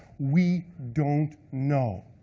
we don't know.